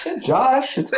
Josh